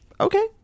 Okay